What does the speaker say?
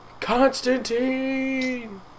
Constantine